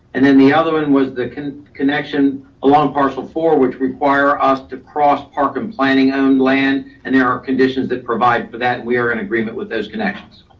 and then the other one was the con connection along parcel four, which require us to cross park and planning own land. and there are conditions that provide for that. we are in agreement with those connections.